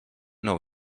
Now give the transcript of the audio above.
know